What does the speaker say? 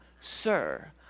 sir